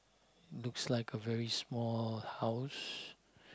looks like a very small house